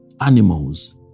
animals